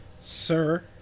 sir